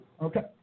Okay